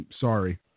sorry